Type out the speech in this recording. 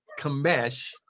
kamesh